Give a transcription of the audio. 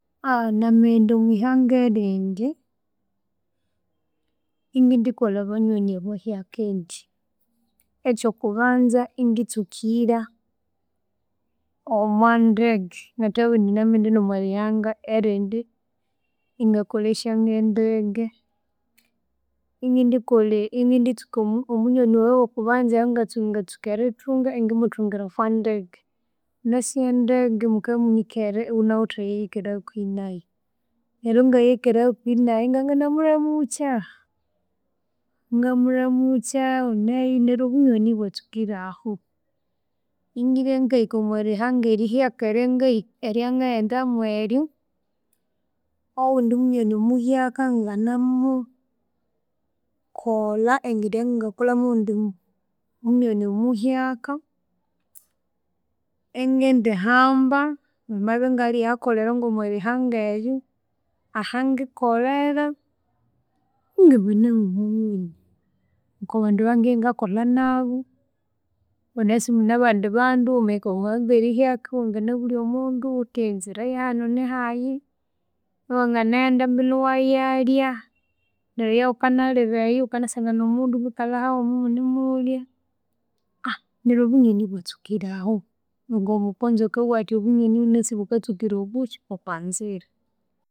namaghenda omwihanga erindi iningindi kolha banywani abahyaka indya, okyokubanza iningitsukira omwandege, ngathabughindi namaghenda ngomwarihanga erindi ingakolesya nge ndege. Ingindi inginditsuka omunywani wayi owokubanza ayangangatsuka erithunga ingindimuthungira okwandege. Wunasi endege mukabya imunikere iwunawithe ayawikere hakuhi nayu. Neru ngayikere hakuhi nayi ngangana muramukya ingamuramukya wuneyo neryo obunywani ibwatsukirahu. Ingibya ngakahika omwarihanga erihyaka eryangahi eryangaghendamu eryu owundi munyoni muhyaka ngangana mukolha engeri ya ngangakolha mwowundi munyoni omuhyaka. Ingindihamba ngamabya ngalyayakolera ngomwarihanga eryu, ahangikolhera, ingabana homunywani, okobandu abangindibya ngakolha nabu, wunasi mune abandi bandu wamahika omwarihanga rihyaka wanginabulya omundu wuthi enzira yahanu nihayi, iwangana ghenda mbinu iwayalya, neryu eyawukanalira eyu wukanasangana omundu imwikalha hawuma imunemulya neryo obunyoni ibwatsukira ahu. Ngomukonzo akabughathi obunyoni wunasi bukatsukira omukyi, okwanzira.